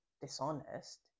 dishonest